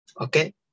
okay